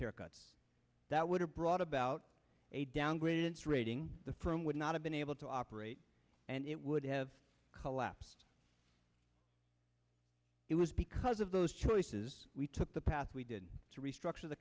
haircuts that would have brought about a downgrade its rating the firm would not have been able to operate and it would have collapsed it was because of those choices we took the path we did to restructure the